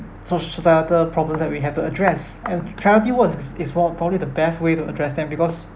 so~ societal problems that we have to address and charity work is is more probably the best way to address them because